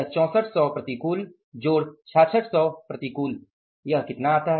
6400 प्रतिकूल जोड़ 6600 प्रतिकूल कितना है